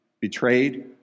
betrayed